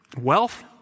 wealth